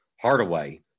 Hardaway